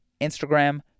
Instagram